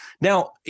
Now